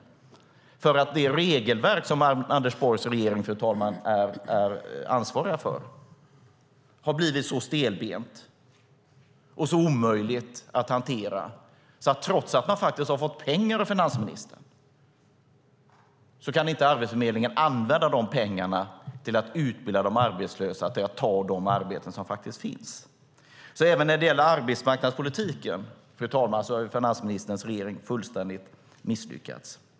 Så är det för att det regelverk som Anders Borgs regering, fru talman, är ansvarig för har blivit så stelbent och omöjligt att hantera. Trots att man har fått pengar av finansministern kan inte Arbetsförmedlingen använda de pengarna till att utbilda de arbetslösa så att de kan ta de arbeten som faktiskt finns. Även när det gäller arbetsmarknadspolitiken, fru talman, har finansministerns regering fullständigt misslyckats.